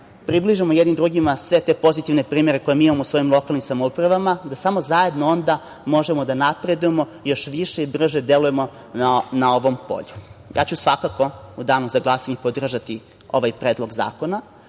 približimo jedni drugima sve te pozitivne primere koje mi imamo, u svojim lokalnim samoupravama, da samo zajedno onda možemo da napredujemo, još više i brže delujemo, na ovom polju. Svakako ću u danu za glasanje podržati ovaj predlog zakona,